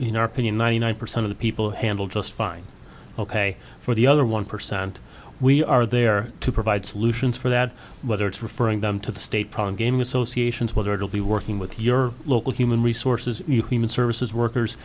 in our opinion ninety nine percent of the people handle just fine ok for the other one percent we are there to provide solutions for that whether it's referring them to the state problem game associations whether it'll be working with your local human resources services workers